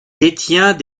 détient